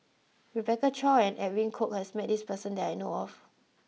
Rebecca Chua and Edwin Koek has met this person that I know of